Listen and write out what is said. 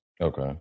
Okay